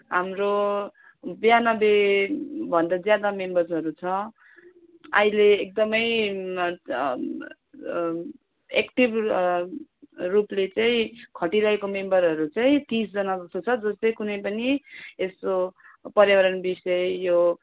हाम्रो बयानब्बे भन्दा ज्यादा मेम्बर्सहरू छ अहिले एकदम एक्टिभ रूपले चाहिँ खटिरहेको मेम्बरहरू चाहिँ तिसजना जस्तो छ जुन चाहिँ कुनै पनि यस्तो पर्यावरण विषय यो